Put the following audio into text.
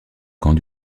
camp